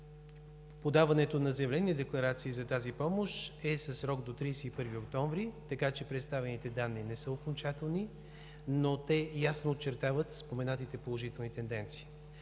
подаването на заявления-декларации за тази помощ е със срок до 31 октомври, така че представените данни не са окончателни, но те ясно очертават споменатите положителни тенденция.